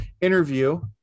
interview